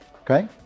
okay